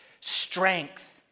strength